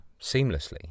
seamlessly